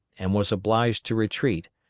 and was obliged to retreat,